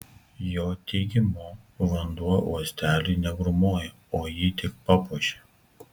jo teigimu vanduo uosteliui negrūmoja o jį tik papuošia